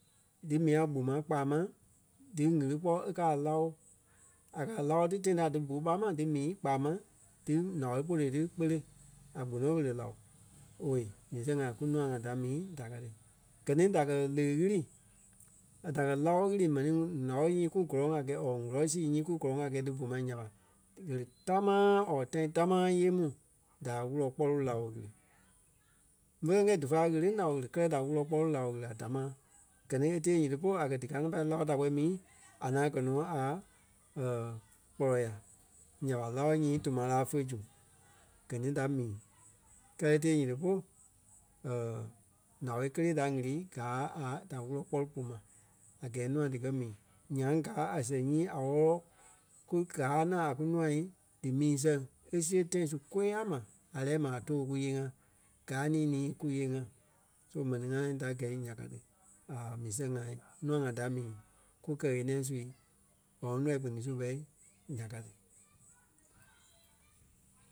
di mii a gbuma kpaa máŋ dí ɣili kpɔ́ e kaa a láo. A kaa a láo tí tãi ta dí bú ɓá ma dí mii kpaa máŋ dí ǹao kpoto ti kpele a gbuloŋ ɣele láo. Owei mii sɛŋ ŋai kunûa ŋai da mii da ka ti. Gɛ ni da kɛ̀ ǹeɣii ɣili da kɛ́ láo ɣili mɛni ŋi láo nyii kú gɔlɔŋ a gɛɛ or wulɔ sii ŋi ku gɔlɔŋ a gɛɛ dí bu mai nya ɓa ɣele támaa or tãi támaa yêei mu da wúlɔ kpɔlu láo ɣili. Fe lɛ́ ŋ́gɛi dífa ɣeleŋ láo ɣili kɛ́lɛ da wúlɔ kpɔlu láo ɣili a damaa. Gɛ ni e tee nyiti polu a kɛ̀ díkaa nɔ pai láo da kpɛni mii, a ŋaŋ kɛ́ nɔ a kpɔlɔ-ya. Nya ɓa láo nyii tuma laa fé zu gɛ ni da mii. Kɛ́lɛ e tee nyiti polu ǹao kélee da ɣili gáa a da wúlɔ kpɔlu pú ma a gɛɛ nûa dikɛ mii. Nyaŋ gáa a sɛŋ nyii a wɔ́lɔ ku- gáa ŋaŋ a kunûa dí mii sɛŋ e siɣe tãi su kôyaa ma a lɛ́ɛ mai a tòo kúyee-ŋa .Gaa ni nii kúyee-ŋa, so mɛni ŋai da gɛi ya ka ti aa mii sɛŋ ŋai nûa ŋai da mii kú kɛ-ɣeniɛi sui bɔloŋ lɔii kpiniŋ su ɓɛi ya ka ti.